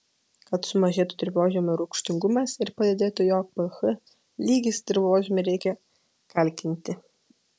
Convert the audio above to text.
kad sumažėtų dirvožemio rūgštingumas ir padidėtų jo ph lygis dirvožemį reikia kalkinti